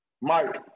Mike